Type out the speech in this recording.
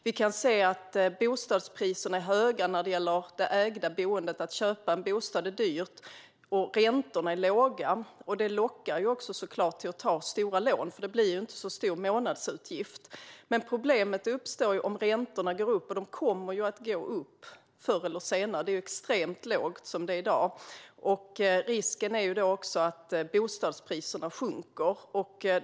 Vi kan se att priserna är höga när det gäller det ägda boendet - att köpa en bostad är dyrt. Räntorna är dessutom låga, vilket lockar till att ta stora lån eftersom utgiften per månad inte blir särskilt hög. Problemet uppstår om räntorna går upp, vilket de kommer att göra förr eller senare. De är extremt låga som det är i dag. Risken är också att bostadspriserna då sjunker.